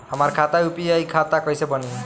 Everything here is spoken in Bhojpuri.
हमार खाता यू.पी.आई खाता कईसे बनी?